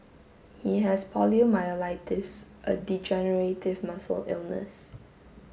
he has poliomyelitis a degenerative muscle illness